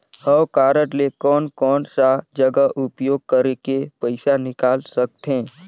हव कारड ले कोन कोन सा जगह उपयोग करेके पइसा निकाल सकथे?